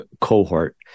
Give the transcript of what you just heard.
cohort